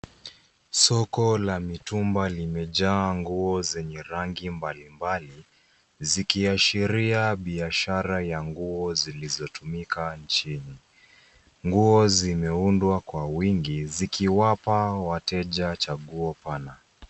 Soko la mitumba limejaa ngo zenye rangi mbalimbali zikiashiria biashara ya nguo zilizotumika nchini. Nguo zimeundwa kwa wingi zikiwapa wateja chaguo pana.